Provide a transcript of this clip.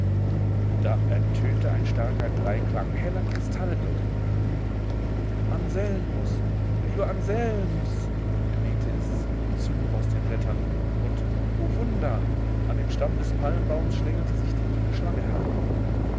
da ertönte ein starker dreiklang heller kristallglocken anselmus lieber anselmus wehte es ihm zu aus den blättern und o wunder an dem stamm des palmbaums schlängelte sich die grüne schlange herab